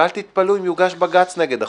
ואל תתפלאו אם יוגש בג"ץ נגד החוק.